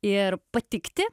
ir patikti